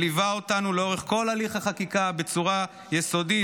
שליווה אותנו לאורך כל תהליך החקיקה בצורה יסודית,